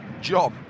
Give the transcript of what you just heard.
Job